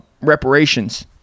reparations